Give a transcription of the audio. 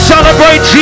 celebrate